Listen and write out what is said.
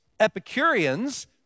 Epicureans